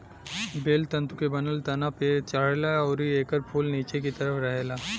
बेल तंतु के बनल तना पे चढ़ेला अउरी एकर फूल निचे की तरफ रहेला